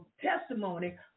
testimony